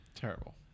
Terrible